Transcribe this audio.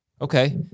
Okay